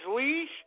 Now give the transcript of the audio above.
leash